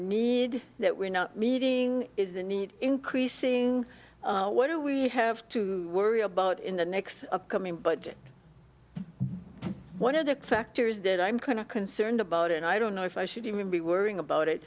need that we're not meeting is the need increasing what do we have to worry about in the next coming budget one of the factors that i'm kind of concerned about and i don't know if i should even be worrying about it